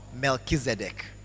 Melchizedek